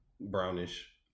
brownish